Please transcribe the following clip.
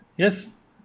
yes